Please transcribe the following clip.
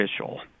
official